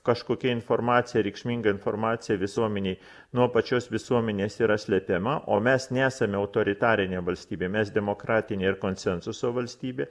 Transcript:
kažkokia informacija reikšminga informacija visuomenei nuo pačios visuomenės yra slepiama o mes nesame autoritarinė valstybė mes demokratinė ir konsensuso valstybė